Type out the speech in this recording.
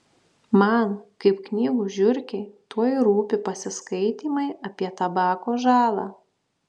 man kaip knygų žiurkei tuoj rūpi pasiskaitymai apie tabako žalą